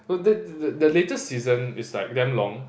the the the latest season is like damn long